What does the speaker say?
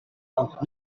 ond